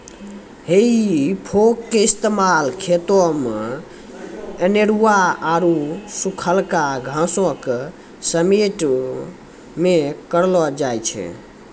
हेइ फोक के इस्तेमाल खेतो मे अनेरुआ आरु सुखलका घासो के समेटै मे करलो जाय छै